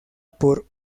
por